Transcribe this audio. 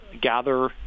gather